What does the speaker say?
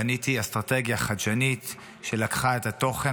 בניתי אסטרטגיה חדשנית שלקחה את התוכן